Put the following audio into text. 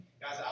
Guys